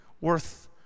worth